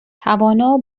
توانا